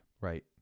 right